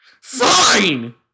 Fine